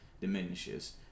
diminishes